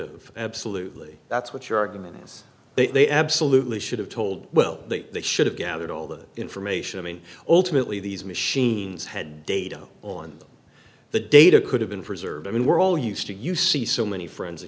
've absolutely that's what your argument is they absolutely should have told well they should have gathered all the information i mean ultimately these machines had data on the data could have been preserved i mean we're all used to you see so many friends